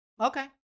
Okay